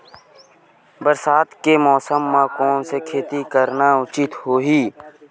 बरसात के मौसम म कोन से खेती करना उचित होही?